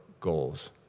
goals